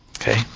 Okay